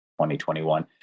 2021